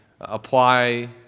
apply